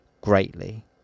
greatly